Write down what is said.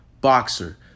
boxer